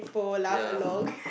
ya